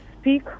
speak